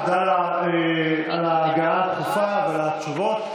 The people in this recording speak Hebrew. תודה על ההגעה הדחופה ועל התשובות.